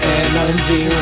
energy